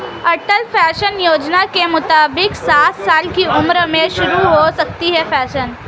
अटल pension योजना के मुताबिक साठ साल की उम्र में शुरू हो सकती है पेंशन